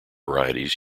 varieties